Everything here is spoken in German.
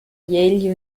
yale